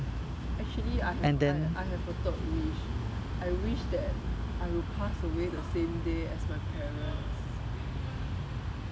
actually I have I I have a third wish I wish that I will pass away the same day as my parents